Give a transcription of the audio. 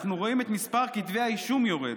אנחנו רואים את מספר כתבי האישום יורד.